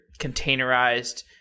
containerized